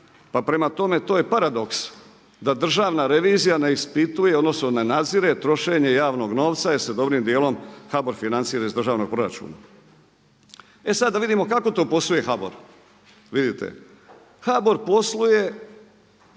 pa prema tome to je paradoks da Državna revizija ne ispituje, odnosno ne nadzire trošenje javnog novca jer se dobrim dijelom HBOR financira iz državnog proračuna. E sad da vidimo kako to posluje HBOR? Vidite HBOR posluje,